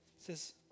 says